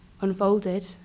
unfolded